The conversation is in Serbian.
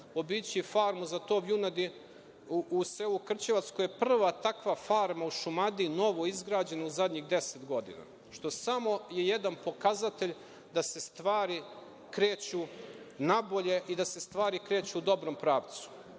obići farmu za tov junadi u selu Krćevac koja je prva takva farma u Šumadiji, novo izgrađena u zadnjih deset godina. Što je samo jedan pokazatelj da se stvari kreću nabolje i da se stvari kreću u dobrom pravcu. Ono